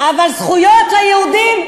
אבל זכויות ליהודים,